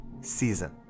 season